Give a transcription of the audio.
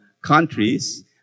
countries